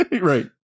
Right